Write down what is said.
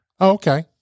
Okay